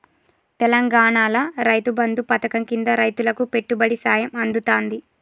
తెలంగాణాల రైతు బంధు పథకం కింద రైతులకు పెట్టుబడి సాయం అందుతాంది